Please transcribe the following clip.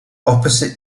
opposite